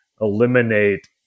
eliminate